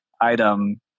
item